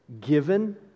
given